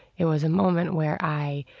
it was a moment where i